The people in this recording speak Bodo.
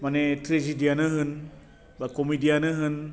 माने ट्रेजिदियानो होन बा कमिदियानो होन